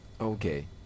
Okay